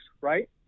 right